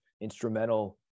instrumental